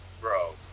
Bro